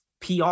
PR